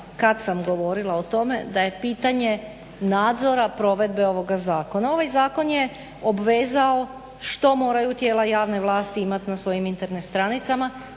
kad sam govorila o tome da je pitanje nadzora provedbe ovoga zakona. Ovaj zakon je obvezao što moraju tijela javne vlasti imati na svojim Internet stranicama,